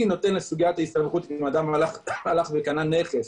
אני נותן לסוגית ההסתמכות אם אדם הלך וקנה נכס,